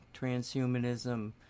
transhumanism